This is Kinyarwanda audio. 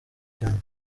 cyane